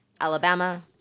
Alabama